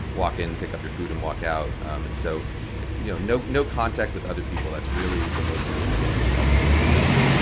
walk in, pick up your food, and walk out. and so like you know no no contact with other people, that's really the most important thing we could all be doing right now